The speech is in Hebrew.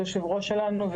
יושבת הראש שלנו,